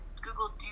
Google